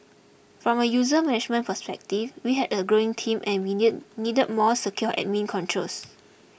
from a user management perspective we had a growing team and we need need more secure admin controls